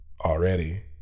already